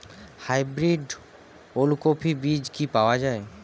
Hybrid ওলকফি বীজ কি পাওয়া য়ায়?